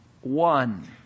one